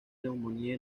neumonía